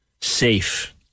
safe